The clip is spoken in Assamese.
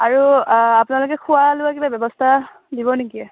আৰু আপোনালোকে খোৱা লোৱাৰ কিবা ব্যৱস্থা দিব নেকি